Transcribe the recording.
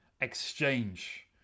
exchange